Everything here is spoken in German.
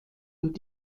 und